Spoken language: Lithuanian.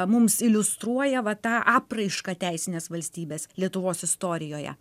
mums iliustruoja va tą apraišką teisinės valstybės lietuvos istorijoje